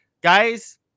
Guys